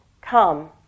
Come